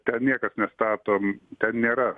ten niekas nestatom ten nėra